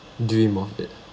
dream of it